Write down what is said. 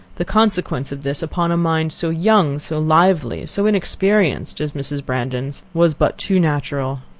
the consequence of this, upon a mind so young, so lively, so inexperienced as mrs. brandon's, was but too natural.